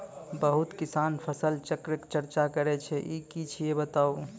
बहुत किसान फसल चक्रक चर्चा करै छै ई की छियै बताऊ?